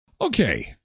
Okay